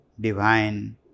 divine